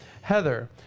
Heather